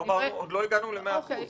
-- עוד לא הגענו ל-100%.